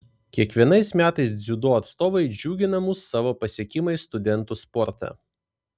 kiekvienais metais dziudo atstovai džiugina mus savo pasiekimais studentų sporte